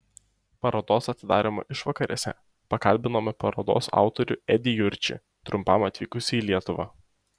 parodos atidarymo išvakarėse pakalbinome parodos autorių edį jurčį trumpam atvykusį į lietuvą